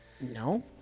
No